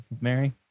Mary